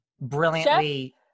brilliantly